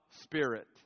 Spirit